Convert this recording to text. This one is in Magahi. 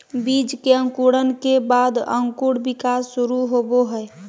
बीज के अंकुरण के बाद अंकुर विकास शुरू होबो हइ